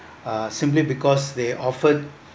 uh simply because they often